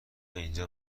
اینجا